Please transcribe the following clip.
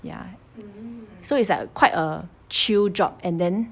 ya so it's like quite a chill job and then